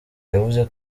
yavuze